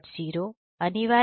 शुक्रिया अब हम इसे देख सकते हैं